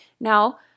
Now